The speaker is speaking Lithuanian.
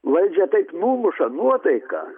valdžia taip numuša nuotaiką